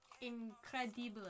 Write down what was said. incredible